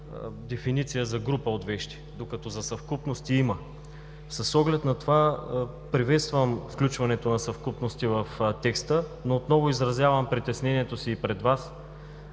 дефиниция за „група от вещи“, докато за съвкупности има. С оглед на това приветствам включването на „съвкупности“ в текста, но отново изразявам притеснението си и пред Вас